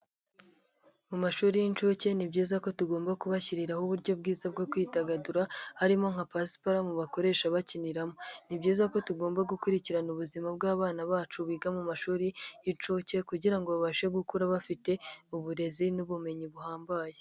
Mu mashuri y'inshuke ni byiza ko tugomba kubashyiriraho uburyo bwiza bwo kwidagadura harimo nka pasiparumu bakoresha bakiniramo, ni byiza ko tugomba gukurikirana ubuzima bw'abana bacu biga mu mashuri y'inshuke kugira ngo babashe gukura bafite uburezi n'ubumenyi buhambaye.